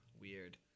Weird